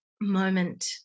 moment